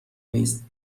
نیست